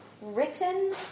written